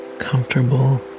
comfortable